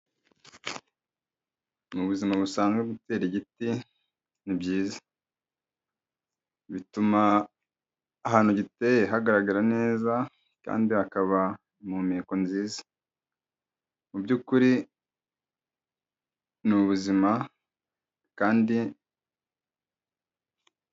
Mu buzima busanzwe gutera igiti ni byiza, bituma ahantu giteye hagaragara neza kandi hakaba impumeko nziza. Mu by'ukuri ni ubuzima kandi...